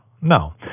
No